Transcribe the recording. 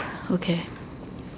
okay